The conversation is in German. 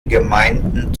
gemeinden